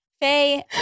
Faye